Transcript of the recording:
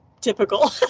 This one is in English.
typical